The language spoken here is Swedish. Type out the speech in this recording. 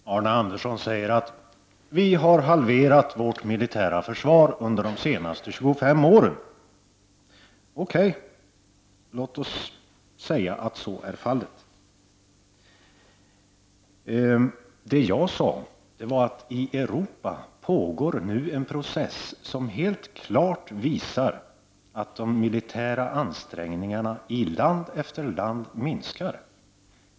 Herr talman! Arne Andersson i Ljung säger att vi har halverat vårt militära försvar under de senaste 25 åren. Okej, låt oss säga att så är fallet. Det jag sade var att i Europa pågår nu en process som helt klart visar att de militära ansträngningarna i land efter land minskar.